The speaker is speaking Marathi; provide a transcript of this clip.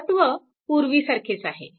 तत्व पूर्वीसारखेच आहे